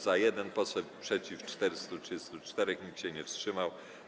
Za - 1 poseł, przeciw - 434, nikt się nie wstrzymał.